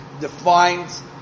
defines